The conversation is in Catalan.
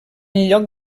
lloc